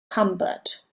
combat